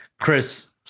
Chris